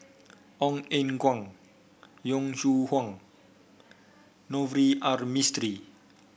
Ong Eng Guan Yong Shu Hoong Navroji R Mistri